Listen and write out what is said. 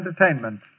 entertainment